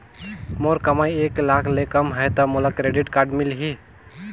मोर कमाई एक लाख ले कम है ता मोला क्रेडिट कारड मिल ही?